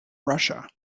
russia